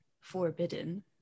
forbidden